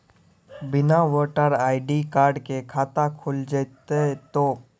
बिना voter ID card के खाता खुल जैते तो?